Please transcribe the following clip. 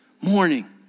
morning